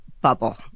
bubble